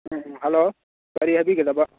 hello ꯀꯔꯤ ꯍꯥꯏꯕꯤꯒꯗꯕ